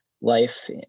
life